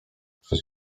przed